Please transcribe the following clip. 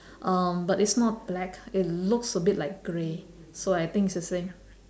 um but it's not black it looks a bit like grey so I think it's the same